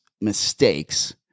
mistakes